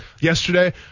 yesterday